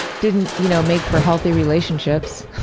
didn't you know make for healthy relationships.